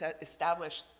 establish